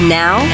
now